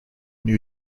new